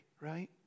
right